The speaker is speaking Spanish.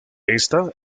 esta